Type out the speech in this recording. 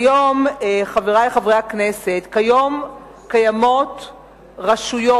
כיום, חברי חברי הכנסת, קיימות רשויות.